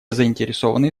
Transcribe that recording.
заинтересованные